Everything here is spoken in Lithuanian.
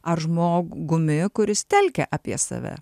ar žmogumi kuris telkia apie save